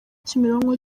kimironko